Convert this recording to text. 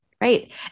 Right